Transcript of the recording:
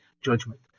judgment